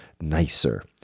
nicer